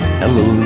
hello